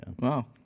Wow